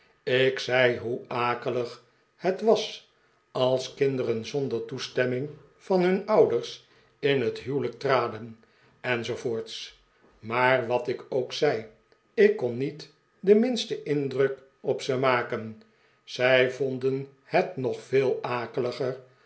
ik zei hoe akelig het was als kinderen zonder toestemming van hun ouders in het huwelijk traden en zoo voorts maar wat ik ook zei ik kon niet den minsten indruk op ze maken zij vonden het nog veel